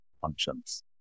functions